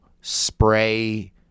spray